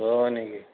হয় নেকি